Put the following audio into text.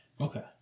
Okay